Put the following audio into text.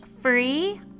free